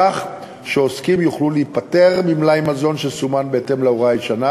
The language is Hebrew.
כך שעוסקים יוכלו להיפטר ממלאי מזון שסומן בהתאם להוראה הישנה